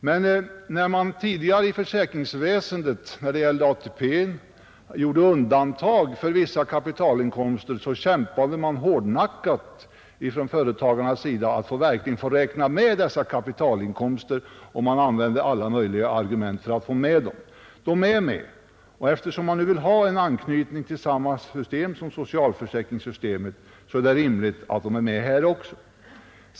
Men när man tidigare i försäkringsväsendet då det gällde ATP gjorde undantag för vissa kapitalinkomster, så kämpade företagarna hårdnackat för att verkligen få räkna med dessa kapitalinkomster och använde alla möjliga argument för att få med dem. De är med, och eftersom man nu vill ha en anknytning till socialförsäkringssystemet är det rimligt att de är med här också.